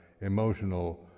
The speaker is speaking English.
emotional